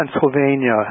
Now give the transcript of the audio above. Pennsylvania